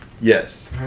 Yes